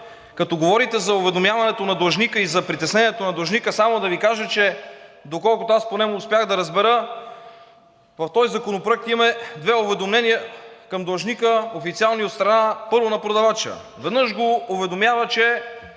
Като говорите за уведомяването на длъжника и за притеснението на длъжника, само да Ви кажа, че доколкото аз поне успях да разбера, в този законопроект имаме две официални уведомления към длъжника от страна, първо, на продавача. Веднъж, го уведомява, че